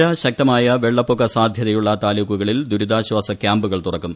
മഴ ശക്തമായ വെള്ളപ്പൊക്ക സാധ്യതയുള്ള താലൂക്കുകളിൽ ദുരിതാശ്വാസ ക്യാമ്പുകൾ തുറക്കും